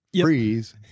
freeze